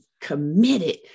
committed